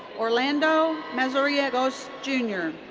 orlando mazariegos jr.